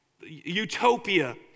utopia